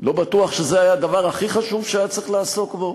לא בטוח שזה היה הדבר הכי חשוב שהיה צריך לעסוק בו,